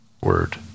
word